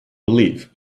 belief